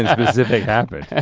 and specific happened.